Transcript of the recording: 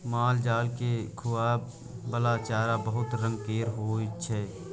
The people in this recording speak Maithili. मालजाल केँ खुआबइ बला चारा बहुत रंग केर होइ छै